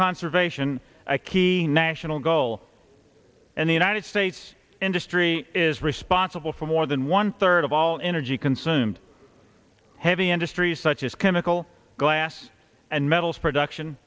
conservation a key national goal and the united states industry is responsible for more than one third of all energy consumed heavy industries such as chemical glass and metals production